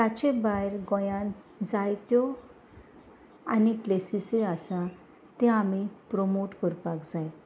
ताचे भायर गोंयान जायत्यो आनी प्लेसीसय आसा ते आमी प्रोमोट करपाक जाय